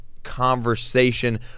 conversation